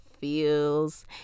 feels